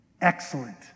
Excellent